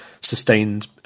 sustained